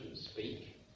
speak